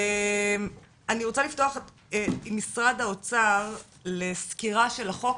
אני רוצה לפתוח עם משרד האוצר לסקירה של החוק,